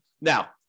Now